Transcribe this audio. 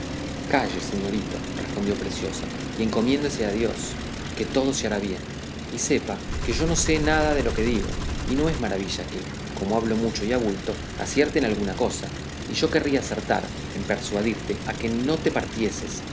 calle señorito respondió preciosa y encomiéndese a dios que todo se hará bien y sepa que yo no sé nada de lo que digo y no es maravilla que como hablo mucho y a bulto acierte en alguna cosa y yo querría acertar en persuadirte a que no te partieses